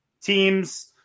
teams –